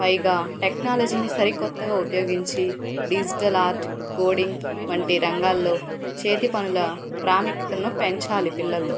పైగా టెక్నాలజీని సరి కొత్తగా ఉపయోగించి డిజిటల్ ఆర్ట్ కోడింగ్ వంటి రంగాల్లో చేతి పనుల ప్రాముఖ్యతను పెంచాలి పిల్లలలో